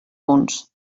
punts